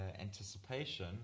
anticipation